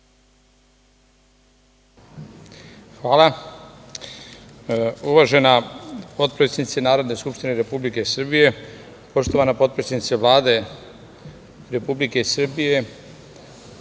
Hvala. Uvažena potpredsednice Narodne skupštine Republike Srbije, poštovana potpredsednice Vlade Republike Srbije,